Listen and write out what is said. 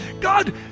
God